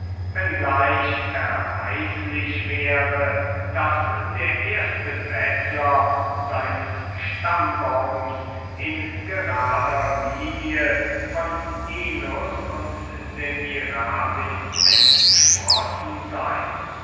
gleich erweislich wäre daß der erste bettler seines stammbaums in gerader linie von ninus und semiramis entsprossen sei